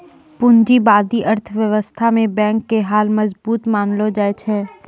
पूंजीबादी अर्थव्यवस्था मे बैंक के हाल मजबूत मानलो जाय छै